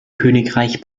königreich